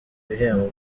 bihembo